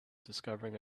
discovering